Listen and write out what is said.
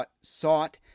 sought